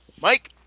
Mike